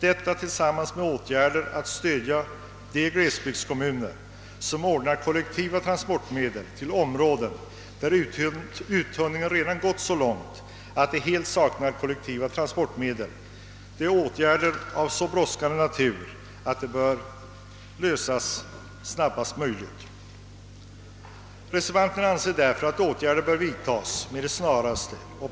Detta jämte stödåtgärder för de glesbygdskommuner som ordnar kollektiva transportmedel till områden där uttunningen redan gått så långt, att de helt saknar kollektiva transportmedel, är så brådskande att något måste göras snarast. Reservanterna anser alltså att åtgärder bör vidtas med det snaraste.